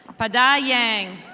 pada yang.